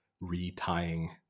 retying